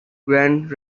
grand